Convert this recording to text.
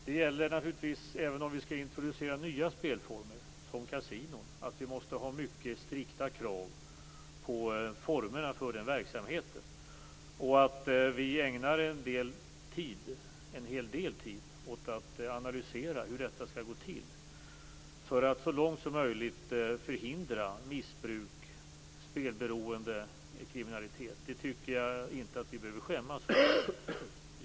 Det gäller naturligtvis också om vi skulle introducera nya spelformer, som kasino, att ha mycket strikta krav på formerna för den verksamheten och att ägna en hel del tid åt att analysera hur detta skall gå till för att så långt som möjligt förhindra missbruk, spelberoende och kriminalitet. Jag tycker inte att vi behöver skämmas för det.